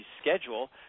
schedule